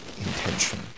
intention